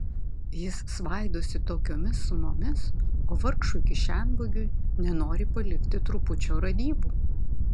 jis svaidosi tokiomis sumomis o vargšui kišenvagiui nenori palikti trupučio radybų